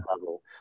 level